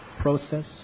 process